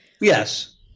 Yes